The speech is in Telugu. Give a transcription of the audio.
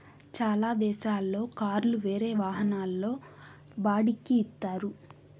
చాలా దేశాల్లో కార్లు వేరే వాహనాల్లో బాడిక్కి ఇత్తారు